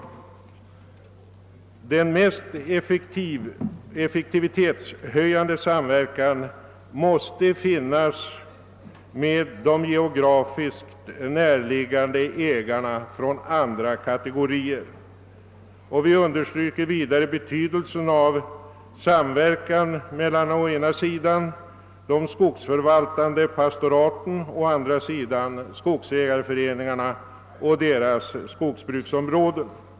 Den mest effektivitetshöjande samverkan måste finnas med de geografiskt näraliggande ägarna från andra kategorier. Vi understryker vidare betydelsen av samverkan mellan å ena sidan de skogsförvaltande pastoraten och å andra sidan skogsägarföreningarna och deras skogsbruksområden.